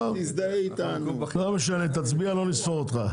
לא משנה, תצביע, לא נספור אותך.